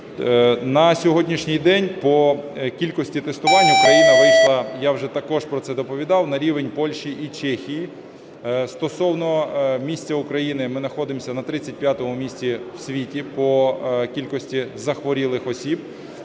На сьогоднішній день по кількості тестувань Україна вийшла, я вже також про це доповідав, на рівень Польщі і Чехії. Стосовно місця України, ми знаходимося на 35 місці в світі по кількості захворілих осіб